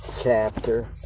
chapter